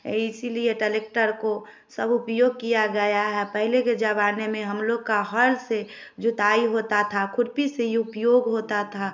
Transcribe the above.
और इसलिए टलेक्टर को सब उपयोग किया गया है पहले के जमाने में हम लोग का हल से जोताई होता था खुर्पी से उपयोग होता था